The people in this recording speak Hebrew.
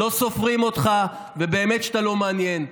לא סופרים אותך, ובאמת שאתה לא מעניין.